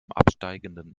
absteigenden